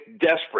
desperate